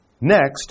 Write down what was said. Next